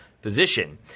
position